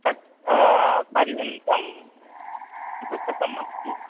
तत् पर्यन्तं पुस्तकमस्ति